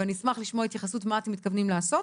ואני אשמח לשמוע התייחסות מה אתם מתכוונים לעשות.